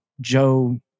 Joe